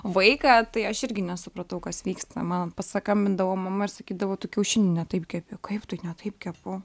vaiką tai aš irgi nesupratau kas vyksta man paskambindavo mama ir sakydavo tu kiaušinį ne taip kepi kaip tai ne taip kepu